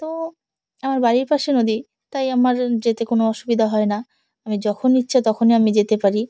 তো আমার বাড়ির পাশে নদী তাই আমার যেতে কোনো অসুবিধা হয় না আমি যখন ইচ্ছা তখনই আমি যেতে পারি